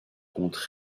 contre